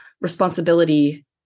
responsibility